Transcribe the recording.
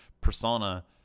persona